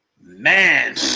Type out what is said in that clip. man